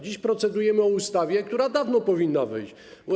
Dziś procedujemy nad ustawą, która dawno powinna wyjść.